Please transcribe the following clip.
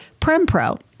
Prempro